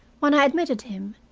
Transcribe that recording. when i admitted him,